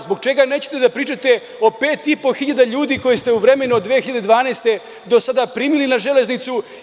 Zbog čega nećete da pričate o 5.500 ljudi koje ste u vremenu od 2012. godine do sada primili na „Železnicu“